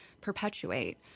perpetuate